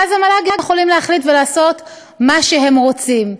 ואז המל"ג יכולים להחליט ולעשות מה שהם רוצים.